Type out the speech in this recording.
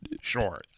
Sure